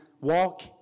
walk